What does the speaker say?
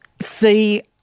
see